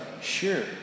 sure